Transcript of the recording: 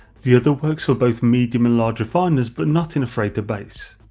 the other works for both medium and large refiners but not in a freighter base.